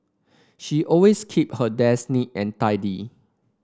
she always keep her desk neat and tidy